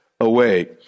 away